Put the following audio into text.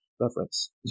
reference